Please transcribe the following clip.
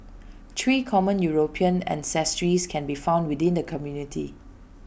three common european ancestries can be found within the community